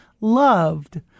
loved